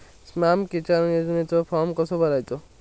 स्माम किसान योजनेचो फॉर्म कसो भरायचो?